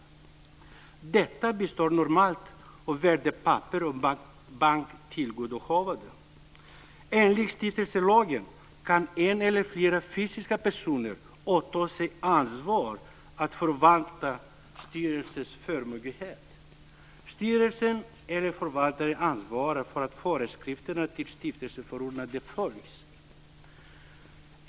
Det består normalt av värdepapper och banktillgodohavanden. Enligt stiftelselagen kan eller flera fysiska personer åta sig ansvaret att förvalta stiftelsens förmögenhet. Styrelsen eller förvaltaren ansvarar för att föreskrifterna till stiftelseförordnandet följs.